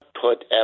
Put